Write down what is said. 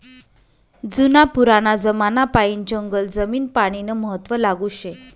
जुना पुराना जमानापायीन जंगल जमीन पानीनं महत्व लागू शे